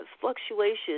fluctuations